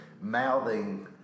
mouthing